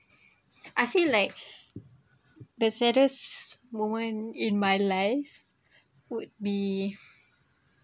I feel like the saddest moment in my life would be